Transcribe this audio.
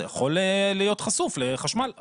אתה יכול להיות חשוף לחשמל.